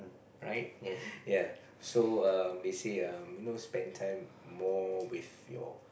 right yea so um they say um you know spend time more with your